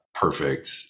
perfect